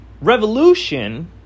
revolution